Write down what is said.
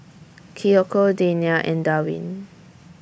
Kiyoko Dania and Darwin